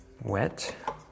wet